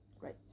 right